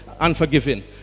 unforgiving